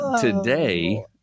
today